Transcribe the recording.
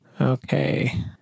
Okay